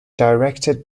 directed